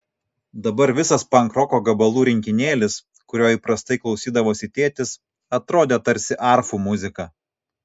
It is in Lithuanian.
dabar visas pankroko gabalų rinkinėlis kurio įprastai klausydavosi tėtis atrodė tarsi arfų muzika